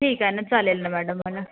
ठीक आहे ना चालेल ना मॅडम मला